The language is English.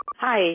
Hi